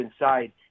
inside